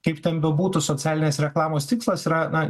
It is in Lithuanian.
kaip ten bebūtų socialinės reklamos tikslas yra na